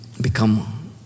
Become